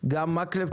גם מקלב.